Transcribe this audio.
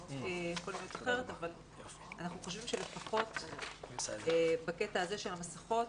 ואנחנו חושבים שלפחות בקטע הזה של המסכות,